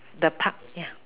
the Park ya